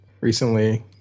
recently